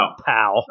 pal